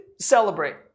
celebrate